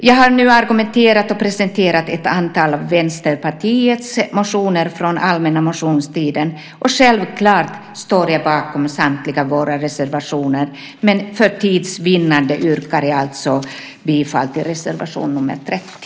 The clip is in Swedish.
Jag har nu argumenterat för och presenterat ett antal av Vänsterpartiets motioner från allmänna motionstiden. Självklart står jag bakom samtliga våra reservationer, men för tids vinnande yrkar jag alltså bifall till reservation nr 30.